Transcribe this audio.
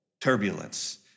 turbulence